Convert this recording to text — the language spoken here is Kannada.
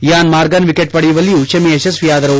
ಈಯಾನ್ ಮಾರ್ಗನ್ ವಿಕೆಟ್ ಪಡೆಯುವಲ್ಲಿಯೂ ಶಮಿ ಯಶಸ್ವಿಯಾದರು